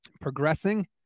progressing